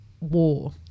war